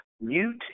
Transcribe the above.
Mute